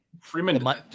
Freeman